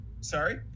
Sorry